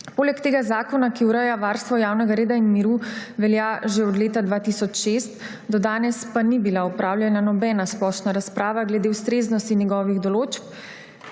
Poleg tega zakon, ki ureja varstvo javnega reda in miru, velja že od leta 2006, do danes pa ni bila opravljena nobena splošna razprava glede ustreznosti njegovih določb,